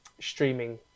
streaming